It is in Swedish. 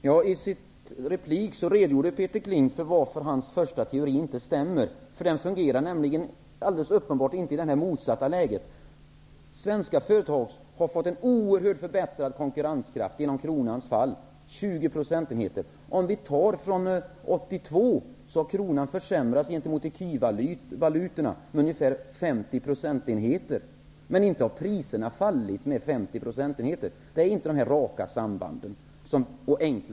Herr talman! Peter Kling redogjorde i sin replik för anledningen till att hans första teori inte stämmer. Den fungerar alldeles uppenbart inte i det här motsatta läget. Svenska företag har fått oerhört mycket bättre konkurrenskraft genom att värdet på kronan fallit. Det rör sig om 20 procentenheter. Från 1982 t.ex. har kronans värde försämrats i förhållande till ecuvalutorna med ungefär 50 procentenheter. Men inte har priserna sjunkit med 50 procentenheter. Det finns alltså inte några raka och enkla samband här.